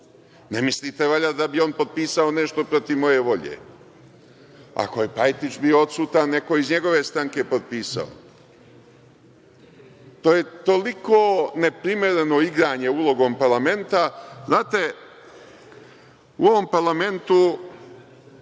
Ne mislite valjda da bi on potpisao nešto protiv moje volje. Ako je Pajtić bio odustan, neko iz njegove stranke je potpisao. To je toliko neprimereno igranje ulogom parlamenta. Znate, u ovom parlamentu